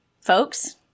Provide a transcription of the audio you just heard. folks